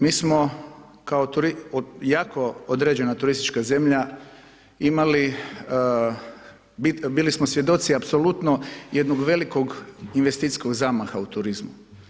Mi smo kao jako određena turistička zemlja imali, bili smo svjedoci apsolutno jednog velikog investicijskog zamaha u turizmu.